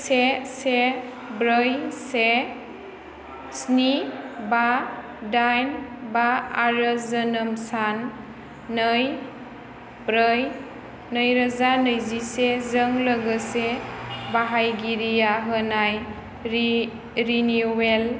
से से ब्रै से स्नि बा दाइन बा आरो जोनोम सान नै ब्रै नै रोजा नैजिसेजों लोगोसे बाहायगिरिया होनाय रि रिनिवेल